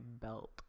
belt